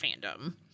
fandom